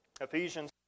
Ephesians